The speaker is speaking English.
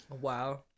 Wow